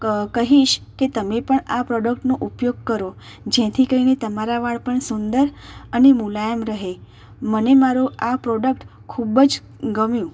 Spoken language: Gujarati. ક કહીશ કે તમે પણ આ પ્રોડક્ટનો ઉપયોગ કરો જેથી કરીને તમારા વાળ પણ સુંદર અને મુલાયમ રહે મને મારો આ પ્રોડક્ટ ખૂબ જ ગમ્યું